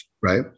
right